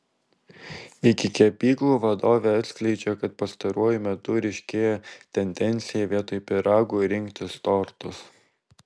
iki kepyklų vadovė atskleidžia kad pastaruoju metu ryškėja tendencija vietoj pyragų rinktis tortus